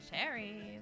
cherries